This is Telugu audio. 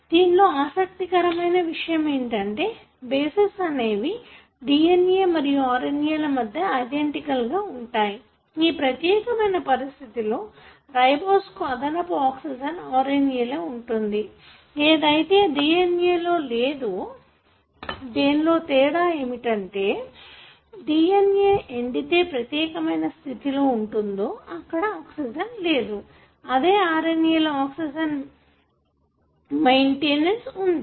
దీనిలో ఆసక్తికరమైన విషయం ఏమిటంటే బేసన్ అనేవి DNA మరియు RNA ల మధ్య ఐడెంటికల్ గా ఉంటాయి ఈ ప్రత్యేకమైన పరిస్థితిలో రైబోస్ కు ఒక అదనపు ఆక్సిజన్ RNA లో ఉంటుంది ఏదైతే DNA లో లేదో దీనిలో తేడా ఏమిటంటే DNA ఎండితే ప్రత్యేకమైన స్థితిలో వుందో అక్కడ ఆక్సిజన్ లేదు అదే RNA లో ఆక్సిజన్ మొయిటీ వుంది